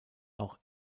auch